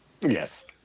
Yes